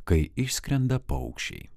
kai išskrenda paukščiai